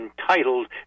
entitled